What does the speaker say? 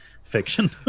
Fiction